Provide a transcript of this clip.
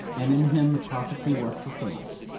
and in him the prophecy was fulfilled.